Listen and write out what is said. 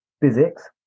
Physics